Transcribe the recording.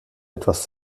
etwas